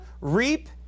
Reap